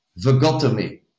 vagotomy